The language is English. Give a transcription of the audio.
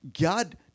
God